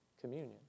communion